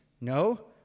No